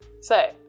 Say